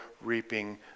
reaping